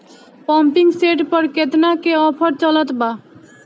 Pumping set पर केतना के ऑफर चलत बा?